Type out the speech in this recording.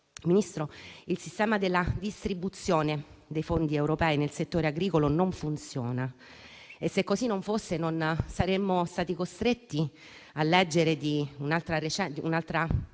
Ministro, il sistema della distribuzione dei fondi europei nel settore agricolo non funziona, e, se così non fosse, non saremmo stati costretti a leggere di un'altra